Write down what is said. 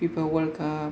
फिफा World काप